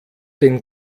den